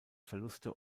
verluste